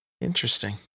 Interesting